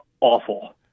awful